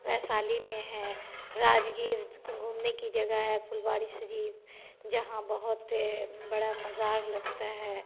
वैशाली में है राजगीर घूमने की जगह है फुलवारी शरीफ़ जहाँ बहुत बड़ा मज़ार लगता है